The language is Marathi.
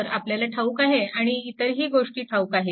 तर आपल्याला ठाऊक आहे आणि इतरही गोष्टी ठाऊक आहेत